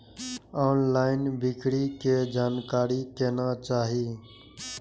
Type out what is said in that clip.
Online बिक्री के जानकारी केना चाही?